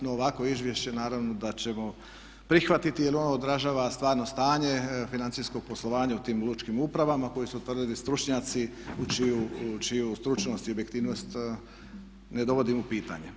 No ovakvo izvješće naravno da ćemo prihvatiti jer ono odražava stvarno stanje financijskog poslovanja u tim lučkim upravama koje su utvrdili stručnjaci u čiju stručnost i objektivnost ne dovodimo u pitanje.